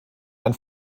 ein